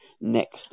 next